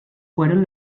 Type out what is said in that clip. fueron